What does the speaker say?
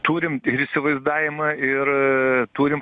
turim ir įsivaizdavimą ir turim